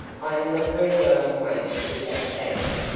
i am not very well acquainted with that family.